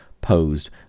posed